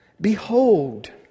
behold